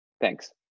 thanks